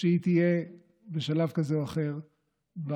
שהיא תהיה בשלב כזה או אחר באופוזיציה.